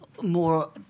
more